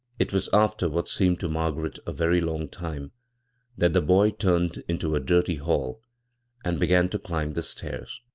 it was after what seemed to margaret a very long time that the boy turned into a dirty hall and began to climb the stairs.